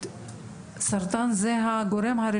בנושא: גילוי מוקדם של סרטן המעי הגס.